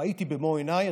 ראיתי במו עיניי.